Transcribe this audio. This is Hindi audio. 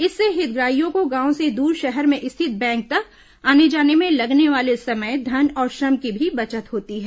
इससे हितग्राहियों को गांव से दूर शहर में स्थित बैंक तक आने जाने में लगने वाले समय धन और श्रम की भी बचत होती है